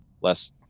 less